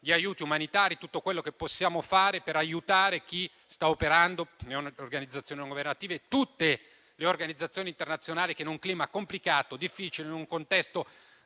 sugli aiuti umanitari e su tutto quello che possiamo fare per aiutare chi sta operando: le organizzazioni non governative e tutte le organizzazioni internazionali che in un clima complicato, difficile, in un contesto